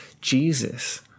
Jesus